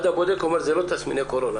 (ד)מפעיל שדה התעופה יקיים בכניסה לטרמינל הנוסעים,